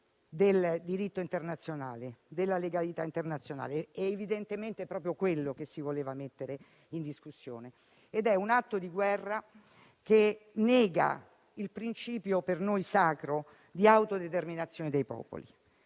del diritto e della legalità internazionale. Evidentemente, è proprio ciò che si voleva mettere in discussione. Si tratta di un atto di guerra che nega il principio, per noi sacro, di autodeterminazione dei popoli.